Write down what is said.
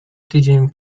tydzień